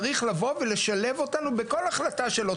צריך לבוא ולשלב אותנו בכל החלטה שלא